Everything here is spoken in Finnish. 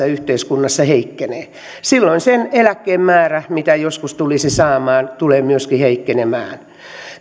yhteiskunnassa heikkenee silloin sen eläkkeen määrä mitä joskus tulisi saamaan tulee myöskin heikkenemään